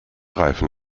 reifen